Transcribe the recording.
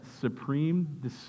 supreme